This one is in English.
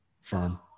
firm